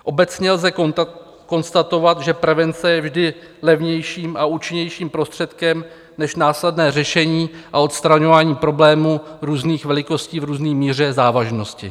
Obecně lze konstatovat, že prevence je vždy levnějším a účinnějším prostředkem než následné řešení a odstraňování problémů různých velikostí v různé míře závažnosti.